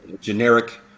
generic